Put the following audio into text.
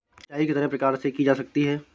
सिंचाई कितने प्रकार से की जा सकती है?